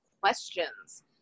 questions